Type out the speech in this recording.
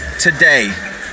today